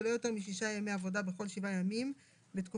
ולא יותר משישה ימי עבודה בכל שבעה ימים בתקופת